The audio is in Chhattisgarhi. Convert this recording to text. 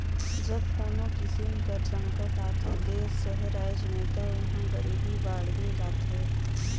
जब कोनो किसिम कर संकट आथे देस चहे राएज में ता उहां गरीबी बाड़गे जाथे